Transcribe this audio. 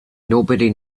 nobody